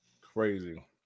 Crazy